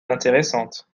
intéressante